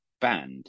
Banned